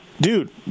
dude